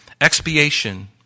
Expiation